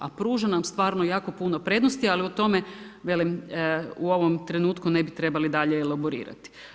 A pruža nam stvarno jako puno prednosti, ali o tome velim, u ovom trenutku ne bi trebali dalje elaborirati.